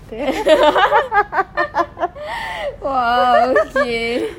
!wow! okay